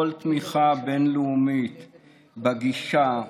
כל תמיכה בין-לאומית בגישה,